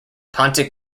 pontic